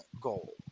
goal